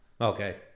Okay